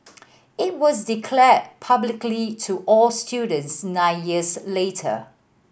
it was declared publicly to all students nine years later